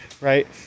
right